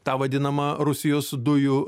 tą vadinamą rusijos dujų